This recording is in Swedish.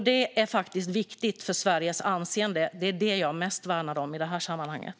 Det är viktigt för Sveriges anseende. Det är det som jag värnar mest om i det här sammanhanget.